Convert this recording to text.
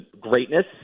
greatness